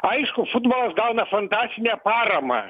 aišku futbolas gauna fantastinę paramą